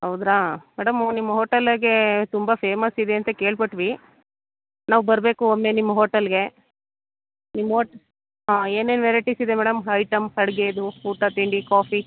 ಹೌದಾ ಮೇಡಮ್ಮು ನಿಮ್ಮ ಹೋಟೆಲ್ಲಾಗೆ ತುಂಬ ಫೇಮಸ್ಸಿದೆ ಅಂತ ಕೇಳ್ಪಟ್ವಿ ನಾವು ಬರಬೇಕು ಒಮ್ಮೆ ನಿಮ್ಮ ಹೋಟಲ್ಗೆ ನಿಮ್ಮ ಹೋಟ್ ಹಾಂ ಏನೇನು ವೆರೈಟಿಸಿದೆ ಮೇಡಮ್ ಹೈಟಮ್ಸ್ ಅಡುಗೆದು ಊಟ ತಿಂಡಿ ಕಾಫಿ